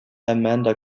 amanda